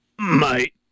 mate